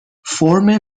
فرم